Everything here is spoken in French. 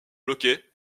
bloquée